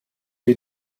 wir